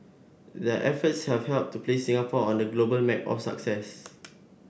their efforts have helped to place Singapore on the global map of success